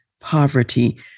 poverty